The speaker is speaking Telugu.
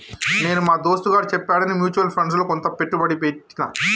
నేను మా దోస్తుగాడు చెప్పాడని మ్యూచువల్ ఫండ్స్ లో కొంత పెట్టుబడి పెట్టిన